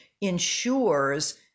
ensures